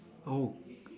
oh